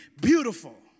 beautiful